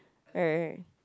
right right